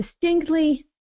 distinctly